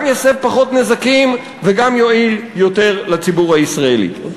גם יסב פחות נזקים וגם יועיל יותר לציבור הישראלי.